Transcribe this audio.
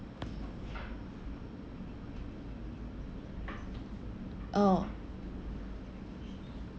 oh